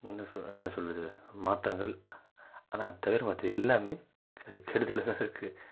என்ன சொல் என்ன சொல்லுறது மாற்றங்கள் ஆனால் அதை தவிர மற்ற எல்லாமே கெ கெடுதலாக தான் இருக்கு